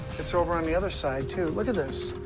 it's over on the other side too. look at this.